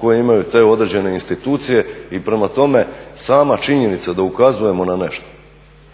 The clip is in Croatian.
koje imaju te određene institucije i prema tome, sama činjenica da ukazujemo na nešto